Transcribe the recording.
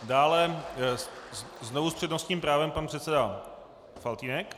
Dále znovu s přednostním právem pan předseda Faltýnek.